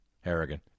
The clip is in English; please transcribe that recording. Harrigan